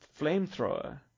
Flamethrower